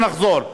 נחזור.